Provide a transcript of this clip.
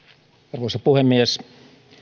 arvoisa puhemies